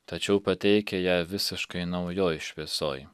tačiau pateikia ją visiškai naujoj šviesoj